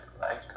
Lifetime